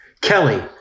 Kelly